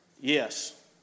Yes